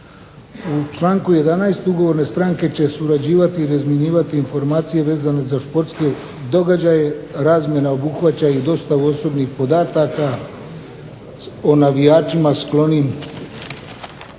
U članku 11. ugovorne stranke će surađivati i razmjenjivati informacije vezane za športske događaje. Razmjena obuhvaća i dostavu osobnih podataka o navijačima sklonim